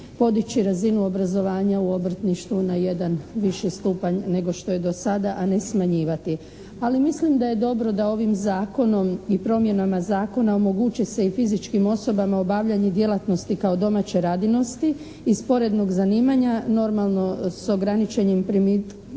podići razinu obrazovanja u obrtništvu na jedan viši stupanj nego što je do sada a ne smanjivati. Ali mislim da je dobro da ovim Zakonom i promjenama zakona omogući se i fizičkim osobama obavljanje djelatnosti kao domaće radinosti i sporednog zanimanja. Normalno s ograničenim primitkom